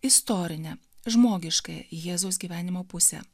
istorinę žmogiškąją jėzaus gyvenimo pusę